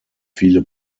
viele